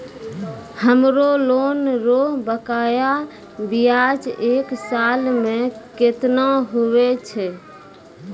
हमरो लोन रो बकाया ब्याज एक साल मे केतना हुवै छै?